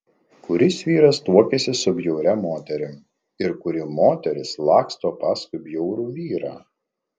kuris vyras tuokiasi su bjauria moterim ir kuri moteris laksto paskui bjaurų vyrą